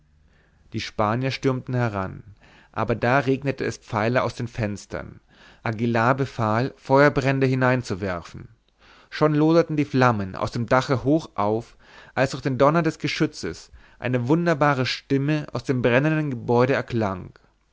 die spanier stürmten heran aber da regnete es pfeile aus den fenstern aguillar befahl feuerbrände hineinzuwerfen schon loderten die flammen aus dem dache hoch auf als durch den donner des geschützes eine wunderbare stimme aus dem brennenden gebäude erklang